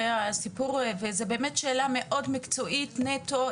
זאת שאלה מקצועית נטו,